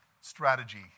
strategy